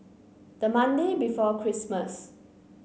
the Monday before Christmas